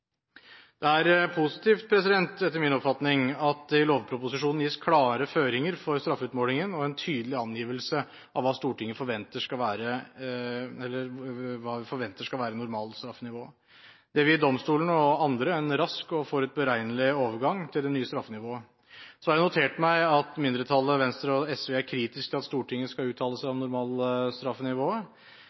Det er positivt – etter min oppfatning – at det i lovproposisjonen gis klare føringer for straffeutmålingen og en tydelig angivelse av hva man forventer skal være normalstraffenivået. Det vil gi domstolene og andre en rask og forutsigbar overgang til det nye straffenivået. Jeg har notert meg at mindretallet, Venstre og SV, er kritisk til at Stortinget skal uttale seg om